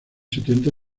setenta